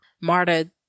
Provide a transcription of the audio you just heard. Marta